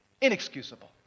inexcusable